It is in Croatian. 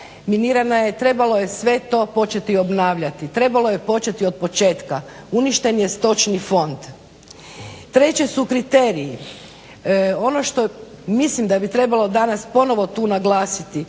minirana je. Trebalo je sve to početi obnavljati, trebalo je početi od početka. Uništen je stočni fond. Treće su kriteriji. Ono što mislim da bi trebalo danas ponovo tu naglasiti